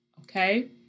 okay